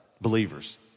Believers